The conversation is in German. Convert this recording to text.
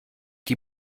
die